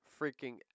freaking